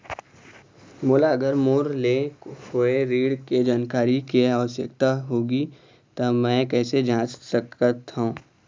मोला अगर मोर लिए हुए ऋण के जानकारी के आवश्यकता होगी त मैं कैसे जांच सकत हव?